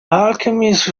alchemist